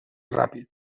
ràpid